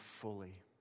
fully